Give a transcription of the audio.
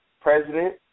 president